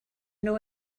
know